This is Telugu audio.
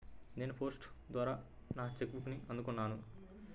నేను పోస్ట్ ద్వారా నా చెక్ బుక్ని అందుకున్నాను